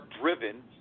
driven